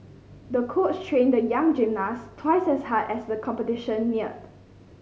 the coach trained the young gymnast twice as hard as the competition neared